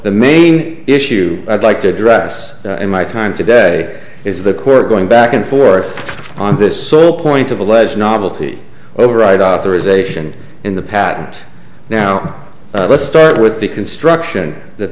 the main issue i'd like to address in my time today is the court going back and forth on this soil point of alleged novelty override authorisation in the patent now let's start with the construction that